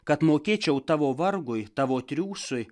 kad mokėčiau tavo vargui tavo triūsui